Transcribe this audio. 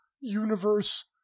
universe